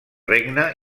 regne